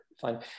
fine